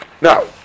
Now